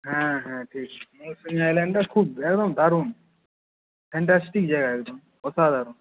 হ্যাঁ হ্যাঁ ঠিক মৌসুনি আইল্যান্ডটা খুব একদম দারুন ফ্যান্টাসটিক জায়গা একদম অসাধারণ